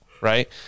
right